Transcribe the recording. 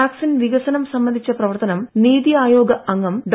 vaccine വികസനം സംബന്ധിച്ച പ്രവർത്തനം നീതി ആയോഗ് അംഗം ഡോ